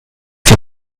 die